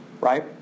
Right